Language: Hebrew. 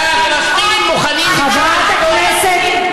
והפלסטינים מוכנים לפשרה היסטורית,